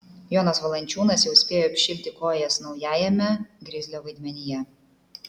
jonas valančiūnas jau spėjo apšilti kojas naujajame grizlio vaidmenyje